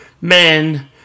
men